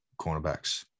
cornerbacks